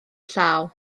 llaw